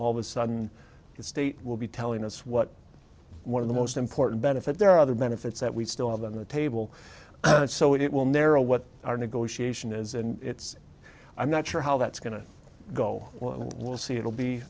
of a sudden the state will be telling us what one of the most important benefit there are other benefits that we still have on the table so it will narrow what our negotiation is and i'm not sure how that's going to go well let's see it'll be